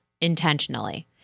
intentionally